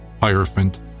hierophant